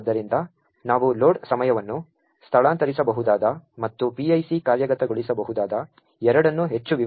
ಆದ್ದರಿಂದ ನಾವು ಲೋಡ್ ಸಮಯವನ್ನು ಸ್ಥಳಾಂತರಿಸಬಹುದಾದ ಮತ್ತು PIC ಕಾರ್ಯಗತಗೊಳಿಸಬಹುದಾದ ಎರಡನ್ನೂ ಹೆಚ್ಚು ವಿವರವಾಗಿ ನೋಡುತ್ತೇವೆ